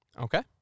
Okay